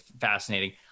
Fascinating